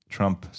Trump